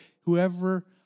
whoever